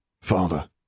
Father